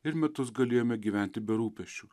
ir metus galėjome gyventi be rūpesčių